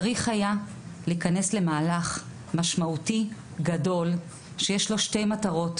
צריך היה להיכנס למהלך משמעותי וגדול שיש לו שתי מטרות,